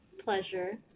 pleasure